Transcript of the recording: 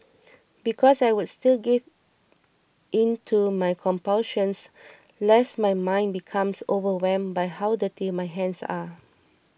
because I would still give in to my compulsions lest my mind becomes overwhelmed by how dirty my hands are